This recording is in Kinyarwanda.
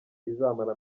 izamara